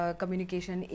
communication